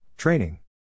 Training